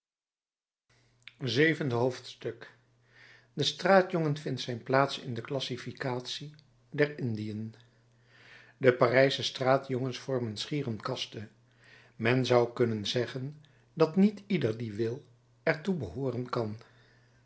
zevende hoofdstuk de straatjongen vindt zijn plaats in de klassificatie der indiën de parijsche straatjongens vormen schier een kaste men zou kunnen zeggen dat niet ieder die wil er toe behooren kan